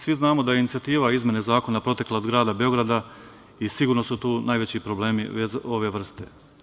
Svi znamo da je inicijativa izmene zakona potekla od grada Beograda i sigurno su tu najveći problemi ove vrste.